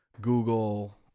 Google